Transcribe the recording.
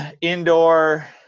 indoor